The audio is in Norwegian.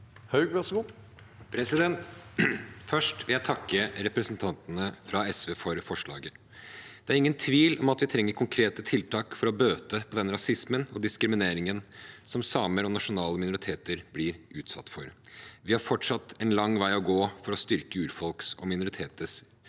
Haug (MDG) Først vil jeg takke representantene fra SV for forslaget. Det er ingen tvil om at vi trenger konkrete tiltak for å bøte på den rasismen og diskrimineringen som samer og nasjonale minoriteter blir utsatt for. Vi har fortsatt en lang vei å gå for å styrke urfolks og minoriteters vilkår